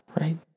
right